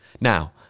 Now